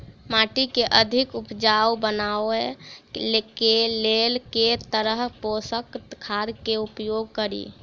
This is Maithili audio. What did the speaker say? माटि केँ अधिक उपजाउ बनाबय केँ लेल केँ तरहक पोसक खाद केँ उपयोग करि?